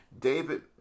David